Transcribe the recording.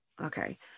Okay